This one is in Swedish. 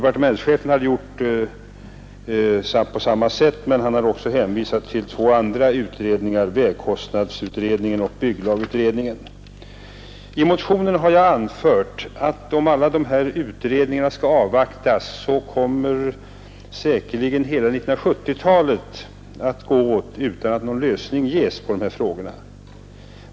På samma sätt uttalade sig departementschefen, men han hänvisade också till två andra utredningar, vägkostnadsutredningen och bygglagutredningen. I motionen har jag anfört att om alla dessa utredningar skall avvaktas så kommer säkerligen hela 1970-talet att gå utan att någon lösning ges på dessa frågor.